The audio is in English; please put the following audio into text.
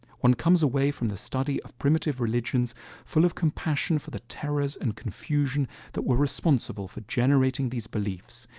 one comes away from the study of primitive religions full of compassion for the terrors and confusion that were responsible for generating these beliefs.